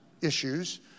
issues